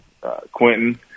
Quentin